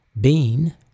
Bean